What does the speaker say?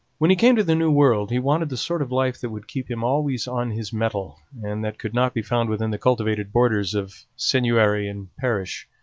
when he came to the new world he wanted the sort of life that would keep him always on his mettle, and that could not be found within the cultivated borders of seigneury and parish.